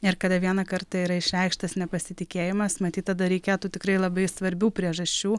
ir kada vieną kartą yra išreikštas nepasitikėjimas matyt tada reikėtų tikrai labai svarbių priežasčių